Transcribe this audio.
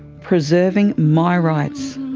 preserving my rights